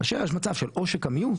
כאשר יש מצב של עושק המיעוט,